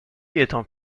étant